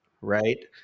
right